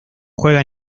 juega